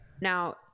Now